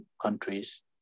countries